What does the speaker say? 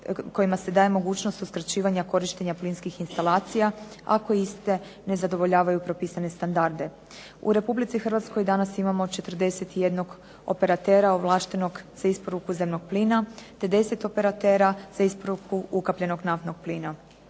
kojima se daje mogućnost uskraćivanja korištenja plinskih instalacija ako iste ne zadovoljavaju propisane standarde. U Republici Hrvatskoj danas imamo 41 operatera ovlaštenog za isporuku zemnog plina, te 10 operatera za isporuku ukapljenog naftnog plina.